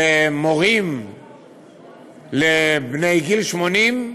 ומורים לבני גיל 80,